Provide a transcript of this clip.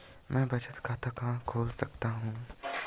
मैं बचत खाता कहां खोल सकता हूँ?